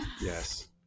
Yes